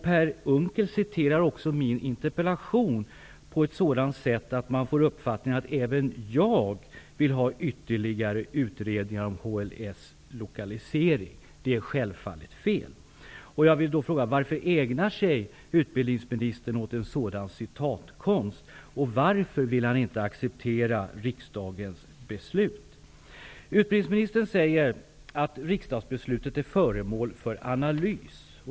Per Unckel citerar också min interpellation på ett sådant sätt att man får uppfattningen att även jag vill ha ytterligare utredningar om HLS lokalisering. Det är självfallet fel. Jag vill därför fråga: Varför ägnar sig utbildningsministern åt en sådan citatkonst? Varför vill han inte acceptera riksdagens beslut? Utbildningsministern säger att riksdagsbeslutet är föremål för analys.